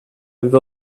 i’ve